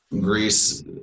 Greece